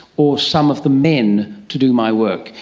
or some of the men to do my work,